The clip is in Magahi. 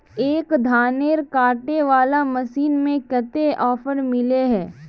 एक धानेर कांटे वाला मशीन में कते ऑफर मिले है?